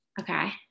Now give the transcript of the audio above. okay